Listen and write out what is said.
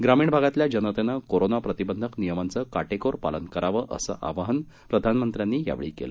ग्रामीण भागातल्या जनतेनं कोरोना प्रतिबंधक नियमांचं काटेकोर पालन करावं असं आवाहनही प्रधानमंत्र्यांनी केलं